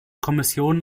kommission